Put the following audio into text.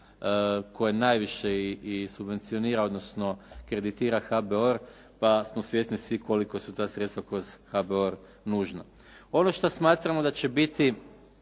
koje najviše i subvencionira odnosno kreditira HBOR pa smo svjesni svi koliko su ta sredstva kroz HBOR nužna. Ono što smatramo da će biti